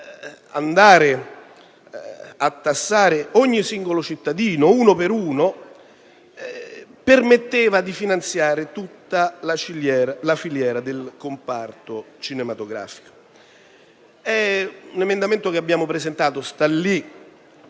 andare a tassare ogni singolo cittadino, avrebbe permesso di finanziare l'intera filiera del comparto cinematografico. L'emendamento che abbiamo presentato sta lì,